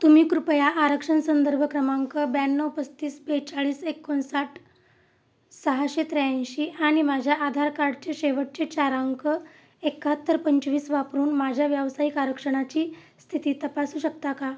तुम्ही कृपया आरक्षण संदर्भ क्रमांक ब्याण्णव पस्तीस बेचाळीस एकोणसाठ सहाशे त्र्याऐंशी आणि माझ्या आधार कार्डचे शेवटचे चार अंक एकाहत्तर पंचवीस वापरून माझ्या व्यावसायिक आरक्षणाची स्थिती तपासू शकता का